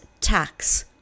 tax